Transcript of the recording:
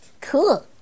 Cool